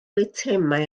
eitemau